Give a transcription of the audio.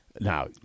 now